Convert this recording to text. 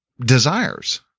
desires